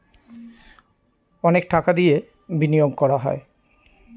অনেক টাকা দিয়ে বিনিয়োগ করা হয়